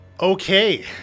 Okay